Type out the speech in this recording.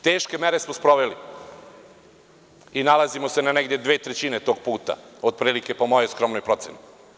Teške mere smo sproveli i nalazimo se negde na dve trećine tog puta, otprilike po mojoj skromnoj proceni.